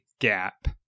gap